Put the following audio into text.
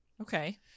Okay